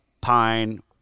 pine